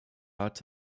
art